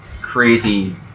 crazy